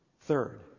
Third